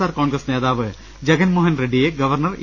R Congress നേതാവ് ജഗൻ മോഹൻ റെഡ്ഡിയെ governor E